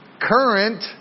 current